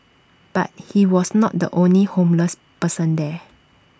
but he was not the only homeless person there